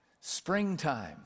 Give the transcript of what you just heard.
Springtime